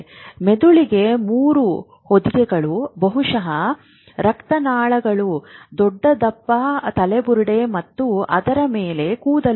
ಮೆದುಳಿಗೆ 3 ಹೊದಿಕೆಗಳು ಬಹಳಷ್ಟು ರಕ್ತನಾಳಗಳು ದೊಡ್ಡ ದಪ್ಪ ತಲೆಬುರುಡೆ ಮತ್ತು ಅದರ ಮೇಲೆ ಕೂದಲು ಇದೆ